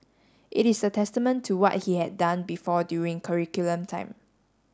it is a testament to what he had done before during curriculum time